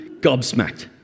Gobsmacked